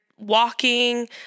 Walking